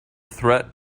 threat